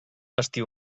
estiu